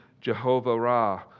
Jehovah-Ra